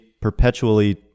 perpetually